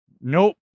Nope